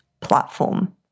platform